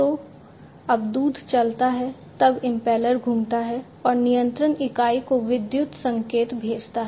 तो जब दूध चलता है तब इम्पेलर घूमता है और नियंत्रण इकाई को विद्युत संकेत भेजता है